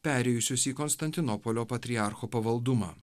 perėjusius į konstantinopolio patriarcho pavaldumą